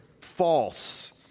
false